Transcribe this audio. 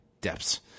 depths